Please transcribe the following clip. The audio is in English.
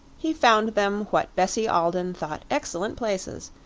he found them what bessie alden thought excellent places,